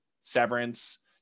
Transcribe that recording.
Severance